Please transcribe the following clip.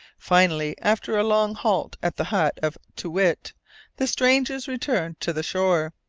finally, after a long halt at the hut of too-wit, the strangers returned to the shore,